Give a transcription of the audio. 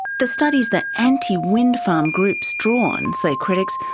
the studies that anti-windfarm groups draw on, say critics,